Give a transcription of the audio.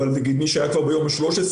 אבל מי שהיה כבר ביום ה-13,